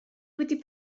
wedi